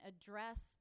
address